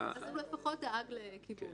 לפחות "דאג" לכיבוד.